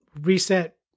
reset